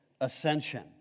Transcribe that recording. ascension